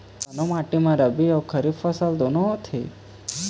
कोन माटी म रबी अऊ खरीफ फसल दूनों होत हे?